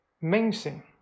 mincing